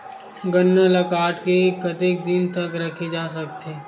गन्ना ल काट के कतेक दिन तक रखे जा सकथे?